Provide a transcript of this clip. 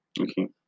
okay